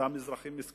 אותם אזרחים מסכנים?